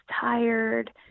tired